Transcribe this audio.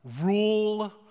rule